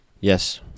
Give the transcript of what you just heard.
yes